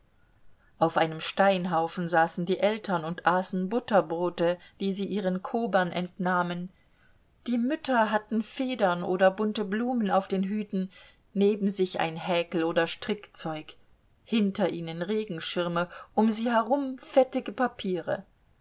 auf einem steinhaufen saßen die eltern und aßen butterbrote die sie ihren kobern entnahmen die mütter hatten federn oder bunte blumen auf den hüten neben sich ein häkel oder strickzeug hinter ihnen regenschirme um sie herum fettige papiere